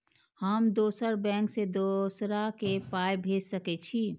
हम दोसर बैंक से दोसरा के पाय भेज सके छी?